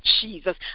Jesus